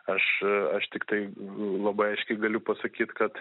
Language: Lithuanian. aš aš tiktai labai aiškiai galiu pasakyt kad